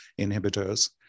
inhibitors